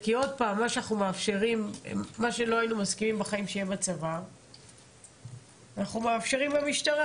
כי מה שלא היינו מסכימים בחיים שיהיה בצבא אנחנו מאפשרים במשטרה.